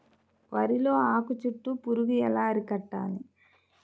వరిలో ఆకు చుట్టూ పురుగు ఎలా అరికట్టాలి?